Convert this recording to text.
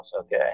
okay